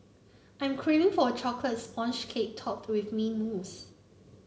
I'm craving for a chocolate sponge cake topped with mint mousse